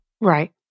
Right